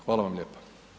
Hvala vam lijepa.